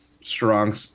strong